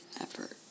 effort